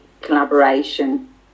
collaboration